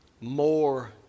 more